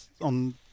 on